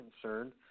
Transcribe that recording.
concerned